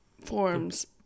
forms